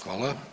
Hvala.